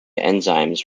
enzymes